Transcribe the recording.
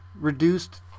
reduced